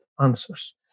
answers